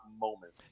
moment